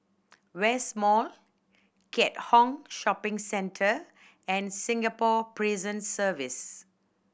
West Mall Keat Hong Shopping Centre and Singapore Prison Service